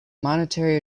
monetary